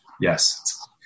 yes